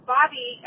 Bobby